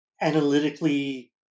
analytically